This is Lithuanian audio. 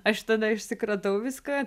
aš tenai išsikratau viską